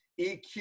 EQ